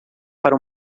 para